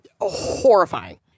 horrifying